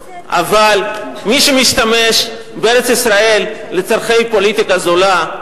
אבל מי שמשתמש בארץ-ישראל לצורכי פוליטיקה זולה,